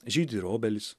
žydi ir obelys